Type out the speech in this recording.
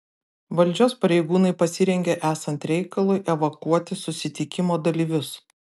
valdžios pareigūnai pasirengė esant reikalui evakuoti susitikimo dalyvius